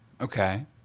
Okay